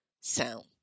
sound